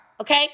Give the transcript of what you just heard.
okay